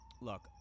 Look